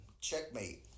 Checkmate